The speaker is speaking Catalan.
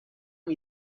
amb